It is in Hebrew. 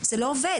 זה לא עובד,